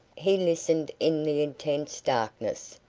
he listened in the intense darkness,